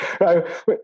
right